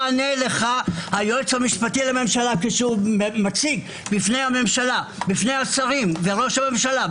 כשהיועץ המשפטי לממשלה מציג בפני השרים וראש הממשלה,